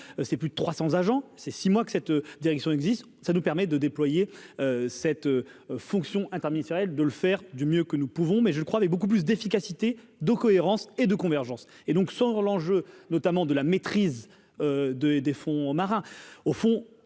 c'est plus de 300 agents c'est six mois que cette direction existe, ça nous permet de déployer cette fonction interministériel de le faire du mieux que nous pouvons, mais je crois, mais beaucoup plus d'efficacité, de cohérence et de convergence et donc sans enjeu, notamment de la maîtrise de des des fonds marins, au fond,